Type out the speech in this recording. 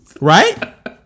Right